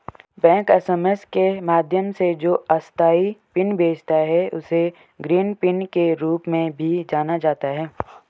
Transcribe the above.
bank SMS के माध्यम से जो अस्थायी पिन भेजता है, उसे ग्रीन पिन के रूप में भी जाना जाता है